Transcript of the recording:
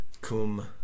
cum